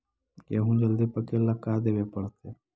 गेहूं जल्दी पके ल का देबे पड़तै?